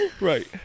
Right